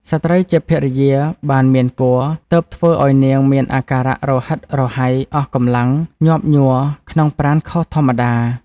ស្ត្រីជាភរិយាបានមានគភ៌ ទើបធ្វើអោយនាងមានអាការៈរហិតរហៃអស់កម្លាំង ញាប់ញ័រ ក្នុងប្រាណខុសធម្មតា ។